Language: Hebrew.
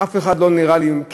אף אחד מהם לא נראה לי,